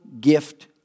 gift